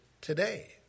today